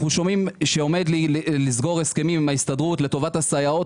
אנחנו שומעים שעומד לסגור הסכמים עם ההסתדרות לטובת הסייעות.